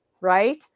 right